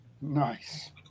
nice